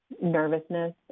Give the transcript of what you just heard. nervousness